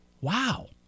Wow